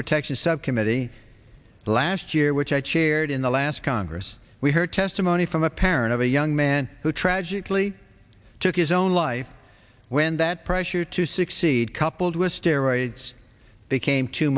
protection subcommittee last year which i chaired in the last congress we heard testimony from a parent of a young man who tragically took his own life when that pressure to succeed coupled with steroids became too